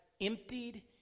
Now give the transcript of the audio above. emptied